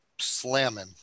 slamming